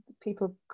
people